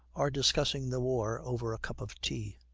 are discussing the war over a cup of tea.